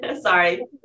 Sorry